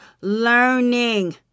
Learning